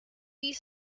you